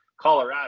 Colorado